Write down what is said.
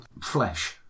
flesh